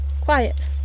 quiet